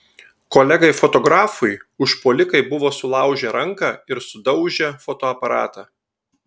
kolegai fotografui užpuolikai buvo sulaužę ranką ir sudaužę fotoaparatą